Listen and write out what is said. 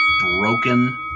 Broken